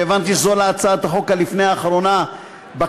שהבנתי שזו לה הצעת החוק הלפני-אחרונה בכנסת,